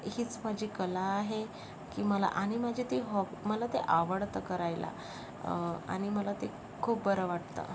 हीच माझी कला आहे की मला आणि माझी ते हॉ मला ते आवडतं करायला आणि मला ते खूप बरं वाटतं